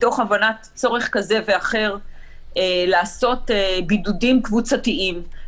מתוך הבנת צורך כזה ואחר לעשות בידודים קבוצתיים,